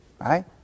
Right